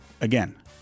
again